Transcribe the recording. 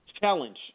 challenge